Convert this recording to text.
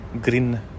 green